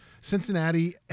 Cincinnati